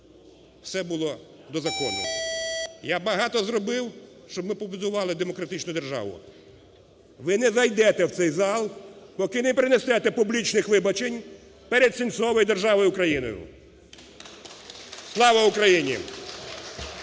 все було до закону. Я багато зробив, щоб ми побудували демократичну державну. Ви не зайдете в цей зал, поки не принесете публічних вибачень перед Сенцовим і державою Україна. Слава Україні!